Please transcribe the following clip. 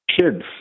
kids